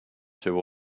two